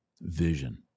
vision